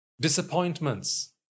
Disappointments